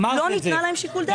לא ניתן להם שיקול דעת.